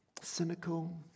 cynical